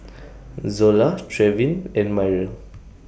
Zola Trevin and Myrl